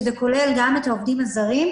שזה כולל גם את העובדים הזרים,